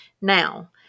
Now